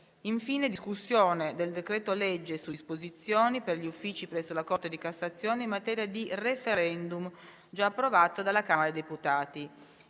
2023; discussione del decreto-legge su disposizioni per gli uffici presso la Corte di cassazione in materia di *referendum*, già approvato dalla Camera dei deputati.